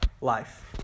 life